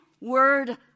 word